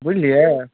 बुझलियै